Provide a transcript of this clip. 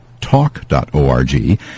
Talk.org